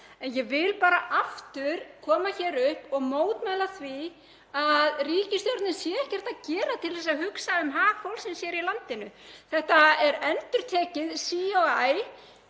á. Ég vil bara aftur koma hér upp og mótmæla því að ríkisstjórnin sé ekkert að gera til að hugsa um hag fólksins hér í landinu. Þetta er endurtekið sí